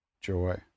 joy